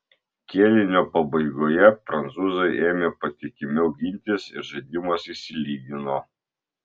kėlinio pabaigoje prancūzai ėmė patikimiau gintis ir žaidimas išsilygino